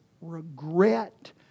regret